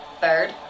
Third